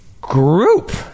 group